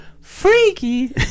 freaky